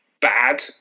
bad